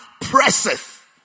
presseth